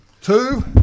Two